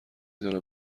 دانم